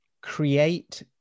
create